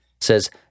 says